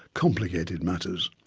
complicated matters.